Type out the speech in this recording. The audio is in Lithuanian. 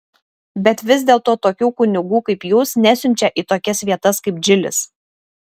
bet vis dėlto tokių kunigų kaip jūs nesiunčia į tokias vietas kaip džilis